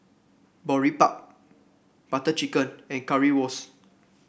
Boribap Butter Chicken and Currywurst